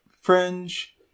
Fringe